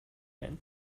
fin